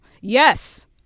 yes